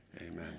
amen